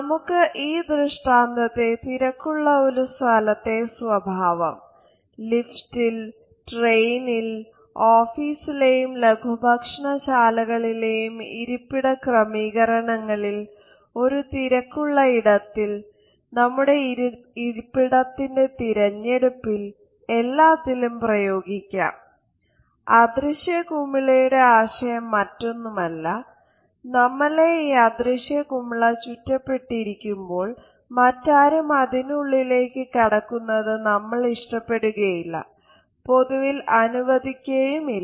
നമുക്ക് ഈ ദൃഷ്ടാന്തത്തെ തിരക്കുള്ള ഒരു സ്ഥലത്തെ സ്വഭാവo ലിഫ്റ്റിൽ ട്രെയിനിൽ ഓഫീസിലെയും ലഘുഭക്ഷണ ശാലകളിലെയും ഇരിപ്പിട ക്രമീകരണങ്ങളിൽ ഒരു തിരക്കുള്ള ഇടത്തിൽ നമ്മുടെ ഇരിപ്പിടത്തിന്റെ തിരഞ്ഞെടുപ്പിൽ എല്ലാത്തിലും പ്രയോഗിക്കാം അദൃശ്യ കുമിളയുടെ ആശയം മറ്റൊന്നുമല്ല നമ്മളെ ഈ അദൃശ്യ കുമിള ചുറ്റപ്പെട്ടിരിക്കുമ്പോൾ മറ്റാരും അതിനുള്ളിലേക്ക് കടക്കുന്നത് നമ്മൾ ഇഷ്ടപ്പെടുകയില്ല പൊതുവിൽ അനുവദിക്കുകയുമില്ല